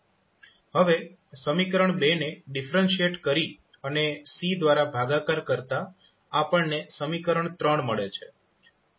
હવે સમીકરણ ને ડિફરેન્શિએટ કરી અને C દ્વારા ભાગાકાર કરતા આપણને સમીકરણ મળે છે